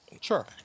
Sure